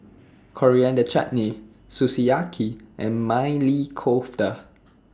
Coriander Chutney Sukiyaki and Maili Kofta